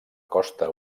costa